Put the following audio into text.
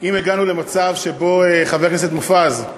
אם הגענו למצב שבו, חבר הכנסת מופז,